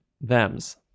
thems